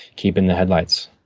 keep in the headlights.